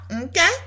Okay